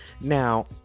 Now